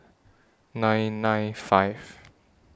nine nine five